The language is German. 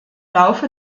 laufe